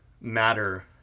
matter